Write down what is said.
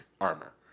armor